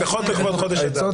מסכות לכבוד חודש אדר.